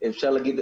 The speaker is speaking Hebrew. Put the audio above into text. אפשר להגיד,